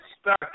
stuck